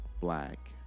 black